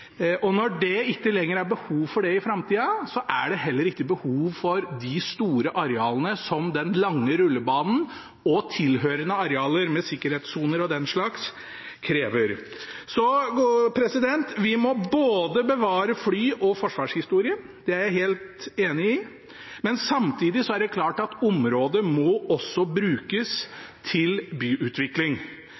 og når det ikke lenger er behov for det i framtida, er det heller ikke behov for de store arealene som den lange rullebanen og tilhørende arealer med sikkerhetssoner og den slags krever. Så vi må bevare fly- og forsvarshistorien – det er jeg helt enig i – men samtidig er det klart at området også må brukes til byutvikling.